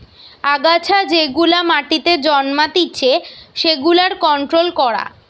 আগাছা যেগুলা মাটিতে জন্মাতিচে সেগুলার কন্ট্রোল করা